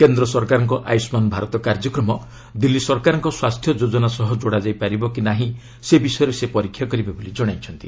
କେନ୍ଦ୍ର ସରକାରଙ୍କ ଆୟୁଷ୍କାନ୍ ଭାରତ କାର୍ଯ୍ୟକ୍ରମ ଦିଲ୍ଲୀ ସରକାରଙ୍କ ସ୍ୱାସ୍ଥ୍ୟ ଯୋଜନା ସହ ଯୋଡ଼ା ଯାଇ ପାରିବ କି ନାହିଁ ସେ ବିଷୟରେ ସେ ପରୀକ୍ଷା କରିବେ ବୋଲି ଜଣାଇଛନ୍ତି